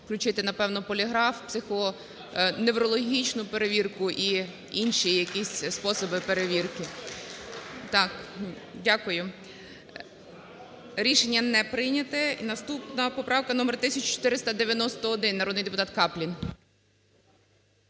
включити, напевно, поліграф, неврологічну перевірку і інші якісь способи перевірки. 16:20:40 За-30 Дякую. Рішення не прийнято. І наступна поправка номер 1491. Народний депутат Каплін.